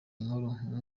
nkuru